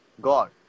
God